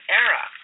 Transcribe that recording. era